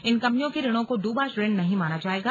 इन कंपनियों के ऋणों को डुबा ऋण नहीं माना जाएगा